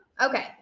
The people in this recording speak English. Okay